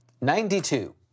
Ninety-two